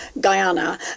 Guyana